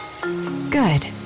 Good